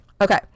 Okay